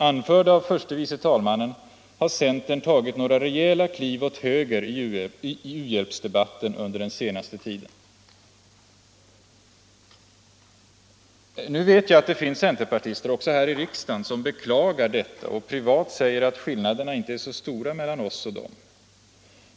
Anförda av förste vice talmannen har centern tagit några rejäla kliv åt höger i u-hjälpsdebatten under den senaste tiden. Nu vet jag att det finns centerpartister — också här i riksdagen - som beklagar detta och privat säger att skillnaderna inte är så stora mellan oss och dem.